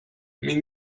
mais